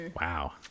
Wow